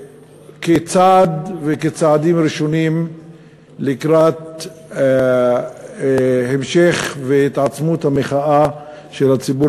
כצעדים ראשונים לקראת המשך והתעצמות המחאה של הציבור